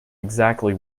exactly